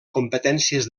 competències